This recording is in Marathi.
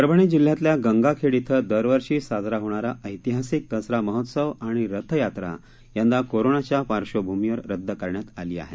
परभणी जिल्ह्यातल्या गंगाखेड श्वें दरवर्षी साजरा होणारा ऐतिहासिक दसरा महोत्सव आणि रथयात्रा यंदा कोरोनाच्या पार्श्वभूमीवर रद्द करण्यात आली आहे